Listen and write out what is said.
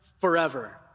forever